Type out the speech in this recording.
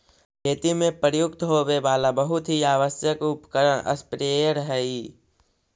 खेती में प्रयुक्त होवे वाला बहुत ही आवश्यक उपकरण स्प्रेयर हई